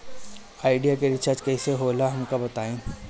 Idea के recharge कईसे होला हमका बताई?